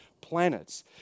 planets